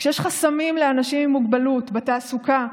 כשיש חסמים לאנשים עם מוגבלות, בתעסוקה,